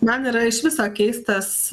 man yra iš viso keistas